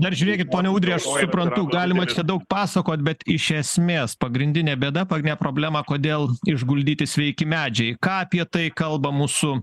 dar žiūrėkit pone ūdry suprantu galima čia daug pasakot bet iš esmės pagrindinė bėda pagrinė problema kodėl išguldyti sveiki medžiai ką apie tai kalba mūsų